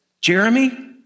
Jeremy